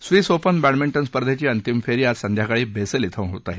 Swiss open badminton स्पर्धेची अंतिम फेरी आज संध्याकाळी बेसेल इथं होणार आहे